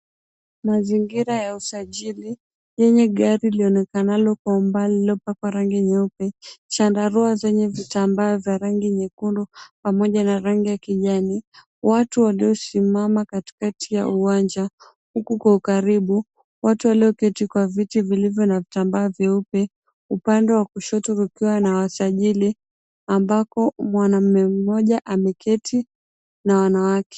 Mazingira ya usajili yenye gari lilionekanalo kwa umbali, lililopakwa rangi nyeupe. Chandarua zenye vitambaa za rangi nyekundu pamoja na rangi ya kijani. Watu waliosimama katikati ya uwanja, huku kwa ukaribu, watu walioketi kwa viti vilivyo na vitambaa vyeupe. Upande wa kushoto kukiwa na wasajili ambako mwanamume mmoja ameketi na wanawake.